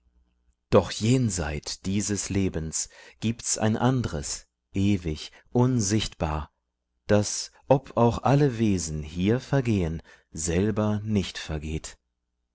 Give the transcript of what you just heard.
doch jenseit dieses lebens gibt's ein andres ewig unsichtbar das ob auch alle wesen hier vergehen selber nicht vergeht